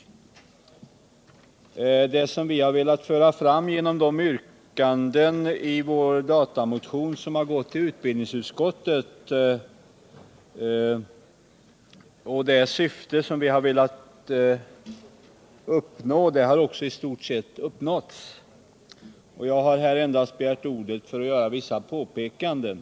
Syftet med de yrkanden som vi ställt — Utbildning och i dessa frågor och som behandlats av utbildningsutskottet har i stort — forskning om sett uppnåtts. Jag har endast begärt ordet för att göra vissa påpekanden.